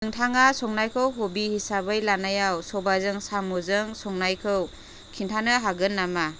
नोंथाङा संनायखौ हबि हिसाबै लानायाव सबाइजों साम'जों संनायखौ खिनथानो हागोन नामा